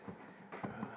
uh